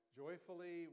joyfully